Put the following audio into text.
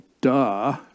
duh